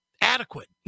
adequate